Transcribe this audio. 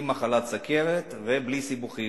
עם מחלת הסוכרת, ובלי סיבוכים.